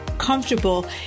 comfortable